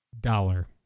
Dollar